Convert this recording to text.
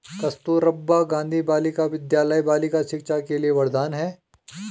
कस्तूरबा गांधी बालिका विद्यालय बालिका शिक्षा के लिए वरदान है